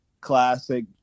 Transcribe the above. classic